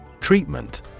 Treatment